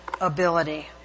ability